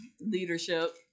leadership